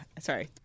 sorry